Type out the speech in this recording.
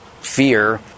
fear